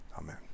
Amen